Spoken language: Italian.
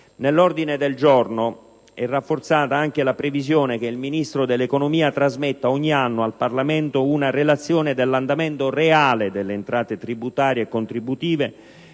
Nell'ordine del giorno è inoltre rafforzata la previsione che il Ministro dell'economia trasmetta ogni anno al Parlamento una relazione sull'andamento reale delle entrate tributarie e contributive,